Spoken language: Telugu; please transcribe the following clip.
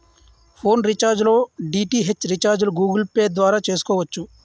ఫోన్ రీఛార్జ్ లో డి.టి.హెచ్ రీఛార్జిలు గూగుల్ పే ద్వారా చేసుకోవచ్చు